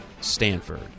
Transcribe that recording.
Stanford